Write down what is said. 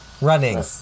Running